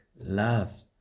love